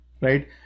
right